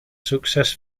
success